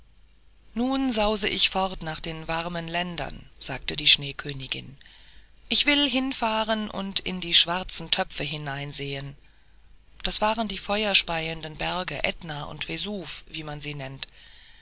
nun sause ich fort nach den warmen ländern sagte die schneekönigin ich will hinfahren und in die schwarzen töpfe hineinsehen das waren die feuerspeienden berge ätna und vesuv wie man sie nennt